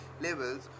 levels